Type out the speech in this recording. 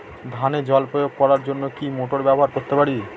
ধানে জল প্রয়োগ করার জন্য কি মোটর ব্যবহার করতে পারি?